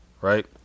Right